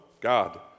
God